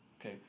Okay